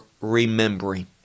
remembering